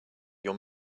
your